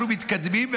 אנחנו מתקדמים,